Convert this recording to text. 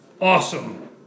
awesome